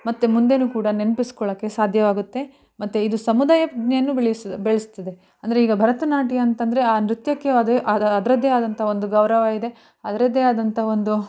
ಮತ್ತೆ ಮುಂದೆಯೂ ಕೂಡ ನೆನಪಿಸ್ಕೊಳ್ಳೋಕ್ಕೆ ಸಾಧ್ಯವಾಗುತ್ತೆ ಮತ್ತೆ ಇದು ಸಮುದಾಯ ಪ್ರಜ್ಞೆಯನ್ನು ಬೆಳೆಸ್ತದೆ ಬೆಳೆಸ್ತದೆ ಅಂದರೆ ಈಗ ಭರತನಾಟ್ಯ ಅಂತ ಅಂದ್ರೆ ಆ ನೃತ್ಯಕ್ಕೆ ಅದೇ ಅದರದ್ದೇ ಆದಂಥ ಒಂದು ಗೌರವ ಇದೆ ಅದರದ್ದೇ ಆದಂಥ ಒಂದು